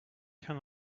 can